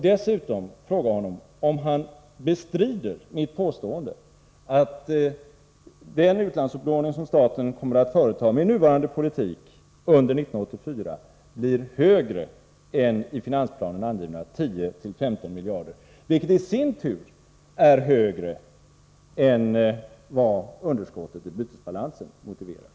Dessutom vill jag fråga honom om han bestrider mitt påstående att den upplåning som staten med nuvarande politik kommer att företa under 1984 blir högre än de i finansplanen angivna 10-15 miljarderna, vilket i sin tur är mer än vad underskottet i bytesbalansen motiverar.